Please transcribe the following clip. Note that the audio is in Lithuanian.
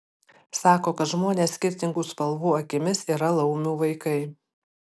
sako kad žmonės skirtingų spalvų akimis yra laumių vaikai